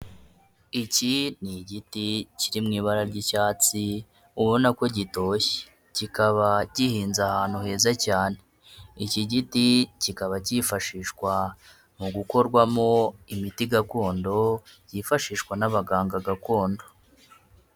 Iki ni igiti kiri mu ibara ry'icyatsi ubona ko gitoshye kikaba gihinze ahantu heza cyane, iki giti kikaba cyifashishwa mu gukorwamo imiti gakondo byifashishwa n'abaganga gakondo.